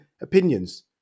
opinions